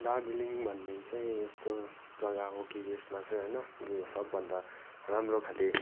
दार्जिलिङ भन्ने चाहिँ यस्तो जग्गा हो कि यसमा चाहिँ होइन सबभन्दा राम्रो खाले